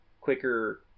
quicker